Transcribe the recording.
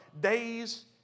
days